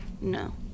No